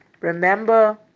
Remember